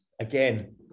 Again